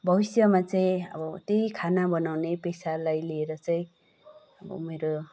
भविष्यमा चाहिँ अब त्यही खाना बनाउने पेसालाई लिएर चाहिँ अब मेरो